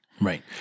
Right